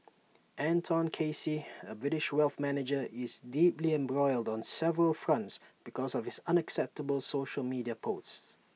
Anton Casey A British wealth manager is deeply embroiled on several fronts because of his unacceptable social media posts